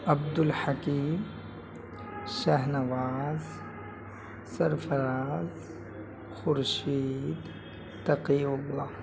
Abdul Hakim Shahnawaz Sarfaraz Khurshid Taqi Allah